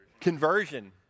Conversion